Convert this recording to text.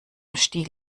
stiel